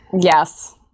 Yes